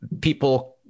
people